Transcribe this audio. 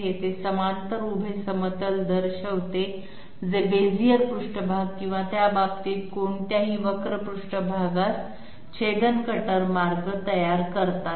हे ते समांतर उभे समतल दर्शविते जे बेझियर पृष्ठभाग किंवा त्या बाबतीत कोणत्याही वक्र पृष्ठभागास छेदून कटर मार्ग तयार करतात